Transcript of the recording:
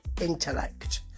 intellect